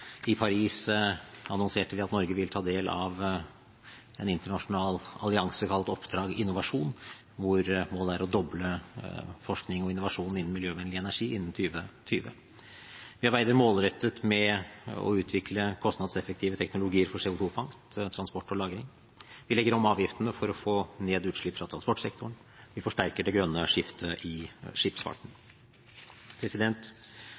I Paris annonserte vi at Norge vil ta del i en internasjonal allianse kalt Oppdrag Innovasjon, hvor målet er å doble forskning og innovasjon innen miljøvennlig energi innen 2020. Vi arbeider målrettet med å utvikle kostnadseffektive teknologier for CO2-fangst, -transport og -lagring. Vi legger om avgiftene for å få ned utslipp fra transportsektoren. Vi forsterker det grønne skiftet i skipsfarten.